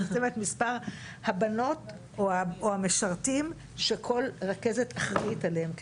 לצמצם את מספר הבנות או המשרתים שכל רכזת אחראית עליהם.